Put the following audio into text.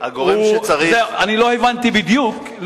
לא הבנתי בדיוק,